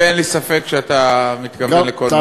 ואין לי ספק שאתה מתכוון לכל מה,